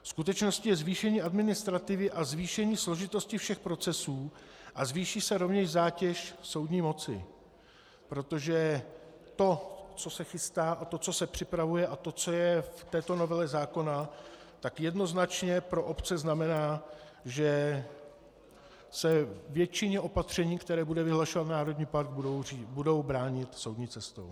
Skutečností je zvýšení administrativy a zvýšení složitosti všech procesů a zvýší se rovněž zátěž soudní moci, protože to, co se chystá, a to, co se připravuje, a to, co je v této novele zákona, tak jednoznačně pro obce znamená, že se většině opatření, která bude vyhlašovat národní park, budou bránit soudní cestou.